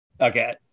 Okay